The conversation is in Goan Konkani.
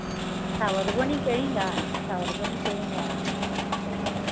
केळीं घाल केळीं घाल थोडीं